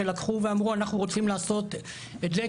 שלקחו ואמרו אנחנו רוצים לעשות את זה,